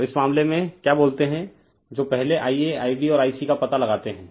तो इस मामले में क्या बोलते हैं जो पहले IaIb और Ic का पता लगाते हैं